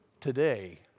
Today